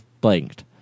blanked